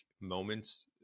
moments